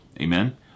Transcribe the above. amen